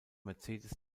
mercedes